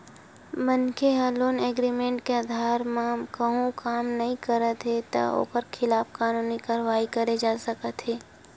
मनखे ह loan agreement के अधार म कहूँ काम नइ करत हे त ओखर खिलाफ कानूनी कारवाही करे जा सकत हे